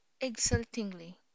exultingly